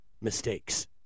mistakes